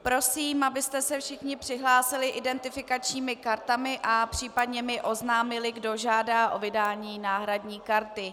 Prosím, abyste se všichni přihlásili identifikačními kartami a případně mi oznámili, kdo žádá o vydání náhradní karty.